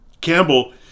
Campbell